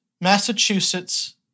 Massachusetts